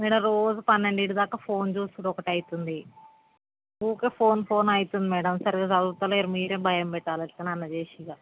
madam రోజు పన్నెండుదాకా phone చూస్తుండు ఒకటి అయితుంది ఊరికే ఫోన్ ఫోన్ అయితుంది మ్యాడమ్ సరిగా చదువుతలేడు మీరు భయం పెట్టాలి ఎట్ల అన్నా చేసి ఇక